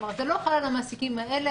כלומר, זה לא חל על המעסיקים האלה.